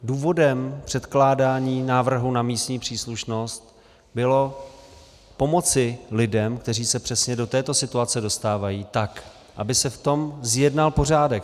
Důvodem předkládání návrhu na místní příslušnost bylo pomoci lidem, kteří se přesně do této situace dostávají, tak aby se v tom zjednal pořádek.